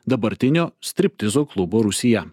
dabartinio striptizo klubo rūsyje